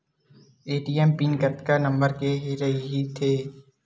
ATM pin कतका number के रही थे?